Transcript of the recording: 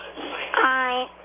Hi